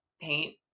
paint